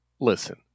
listen